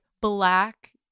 black